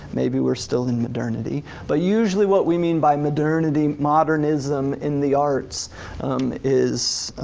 maybe we're still in modernity, but usually what we mean by modernity, modernism in the arts is,